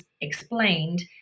explained